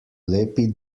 lepi